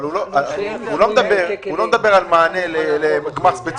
הוא לא מדבר על מענה לגמ"ח ספציפי,